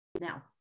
now